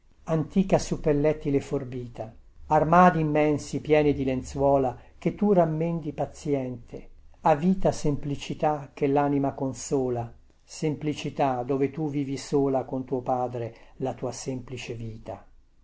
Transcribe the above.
antica suppellettile forbita armadi immensi pieni di lenzuola che tu rammendi pazïente avita semplicità che lanima consola semplicità dove tu vivi sola con tuo padre la tua semplice vita